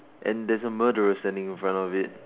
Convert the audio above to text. and there is a murderer standing in front of it